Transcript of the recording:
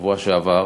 בשבוע שעבר